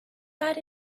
got